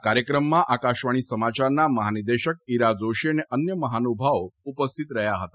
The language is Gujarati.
આ કાર્યક્રમમાં આકાશવાણી સમાચારના મહાનિદેશક ઇરા જોશી અને અન્ય મહાનુભાવો પણ ઉપસ્થિત હતા